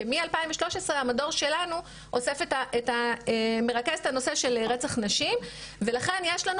כי מ-2013 המדור שלנו מרכז את הנושא של רצח נשים ולכן יש לנו